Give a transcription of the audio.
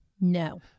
No